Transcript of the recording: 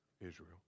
Israel